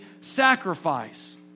sacrifice